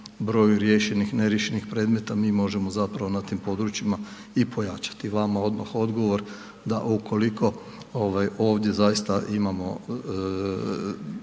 broju riješenih, neriješenih predmeta, mi možemo zapravo na tim područjima i pojačati vama odmah odgovor da ukoliko ovdje zaista imamo